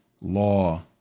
law